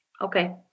Okay